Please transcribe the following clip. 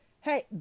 Hey